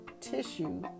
tissue